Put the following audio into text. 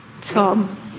Tom